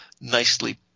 nicely